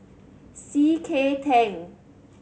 C K Tang